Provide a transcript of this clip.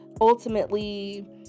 ultimately